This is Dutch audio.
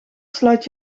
sluit